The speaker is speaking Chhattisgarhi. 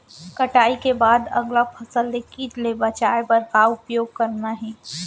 कटाई के बाद अगला फसल ले किट ले बचाए बर का उपाय करना हे?